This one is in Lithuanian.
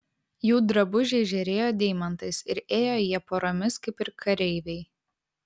jų drabužiai žėrėjo deimantais ir ėjo jie poromis kaip ir kareiviai